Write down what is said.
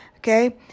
Okay